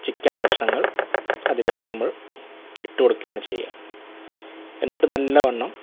chicken കഷ്ണങ്ങൾ അതിലേക്ക് നമ്മൾ ഇട്ടു കൊടുക്കയാണ് ചെയ്യുക എന്നിട്ട് നല്ല വണ്ണം